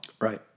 Right